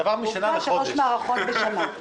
והפעם - שלוש מערכות בשנה.